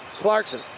Clarkson